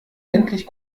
endlich